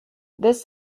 this